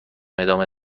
ادامه